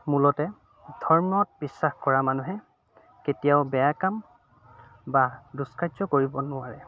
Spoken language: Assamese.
মূলতে ধৰ্মত বিশ্বাস কৰা মানুহে কেতিয়াও বেয়া কাম বা দুস্কাৰ্য কৰিব নোৱাৰে